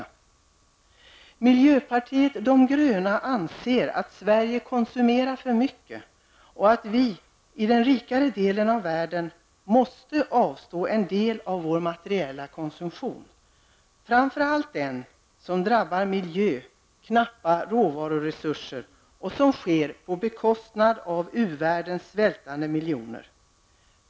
Vi i miljöpartiet de gröna anser att människorna i Sverige konsumerar för mycket och att vi som bor i den rikare delen av världen måste avstå från en del av den materiella konsumtionen. Framför allt gäller det den konsumtion som drabbar miljön och de knappa råvaruresurserna och som sker på bekostnad av u-världens svältande miljoner människor.